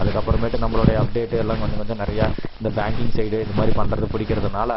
அதுக்கப்புறமேட்டு நம்மளுடைய அப்டேட்டு எல்லாம் கொஞ்சம் கொஞ்சம் நிறையா இந்த பேங்க்கிங் சைடு இது மாதிரி பண்ணுறது பிடிக்கிறதுனால